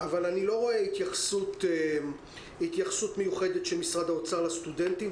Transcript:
אבל אני לא רואה התייחסות מיוחדת של משרד האוצר לסטודנטים.